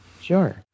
sure